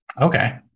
Okay